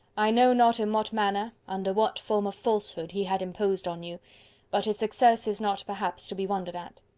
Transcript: i know not in what manner, under what form of falsehood he had imposed on you but his success is not perhaps to be wondered at.